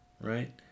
right